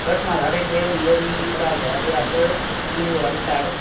घटना साढ़े ने एह् होई ऐ कि घरा जा दे अस उधमपुर आह्ली सैड